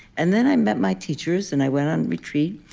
and then i met my teachers, and i went on retreat,